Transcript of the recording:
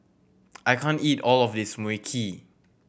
I can't eat all of this Mui Kee